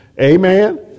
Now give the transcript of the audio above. Amen